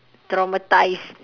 traumatised